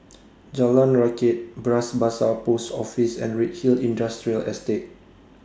Jalan Rakit Bras Basah Post Office and Redhill Industrial Estate